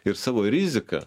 ir savo rizika